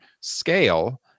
scale